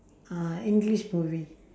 uh english movie